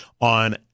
on